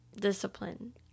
discipline